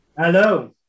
Hello